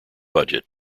budget